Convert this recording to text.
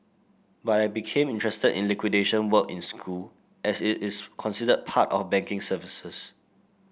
but I became interested in liquidation work in school as it is considered part of banking services